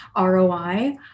ROI